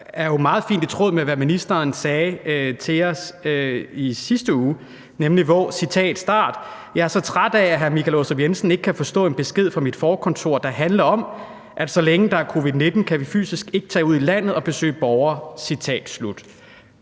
ligger jo meget fint i tråd med, hvad ministeren sagde til os i sidste uge, nemlig: »Jeg er så træt af, at hr. Michael Aastrup Jensen ikke kan forstå en besked fra mit forkontor, der handler om, at så længe der er covid-19, kan vi ikke fysisk tage ud i landet og besøge borgere.« Det